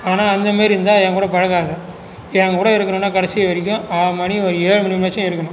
ஆனால் அந்தமாரி இருந்தால் என் கூட பழகாத என் கூட இருக்கணுன்னா கடைசி வரைக்கும் ஆறு மணி ஒரு ஏழு மணி வரையுமாச்சும் இருக்கணும்